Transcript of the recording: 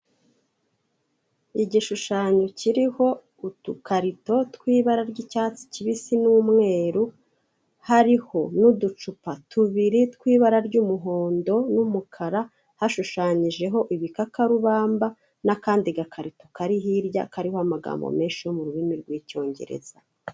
Igishushanyo kiriho udukarito tw'ibara ry'icyatsi kibisi n'umweru, hariho n'uducupa tubiri tw'ibara ry'umuhondo n'umukara, hashushanyijeho ibikakarubamba n'akandi gakarito kari hirya kariho amagambo menshi yo mu rurimi rw'icyongereza.